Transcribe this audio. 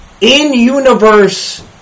in-universe